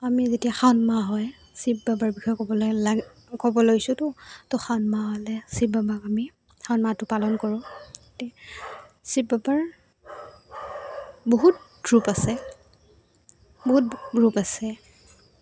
আমি যেতিয়া শাওন মাহ হয় শিৱ বাবাৰ বিষয়ে ক'বলৈ লাগ ক'ব লৈছোঁ তো তো শাওন মাহ হ'লে শিৱ বাবাক আমি শাওন মাহটো পালন কৰোঁ শিৱ বাবাৰ বহুত ৰূপ আছে বহুত ৰূপ আছে